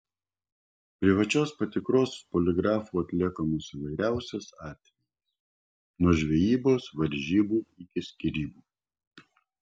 privačios patikros poligrafu atliekamos įvairiausiais atvejais nuo žvejybos varžybų iki skyrybų